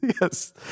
Yes